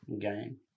game